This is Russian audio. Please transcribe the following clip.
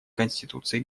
конституции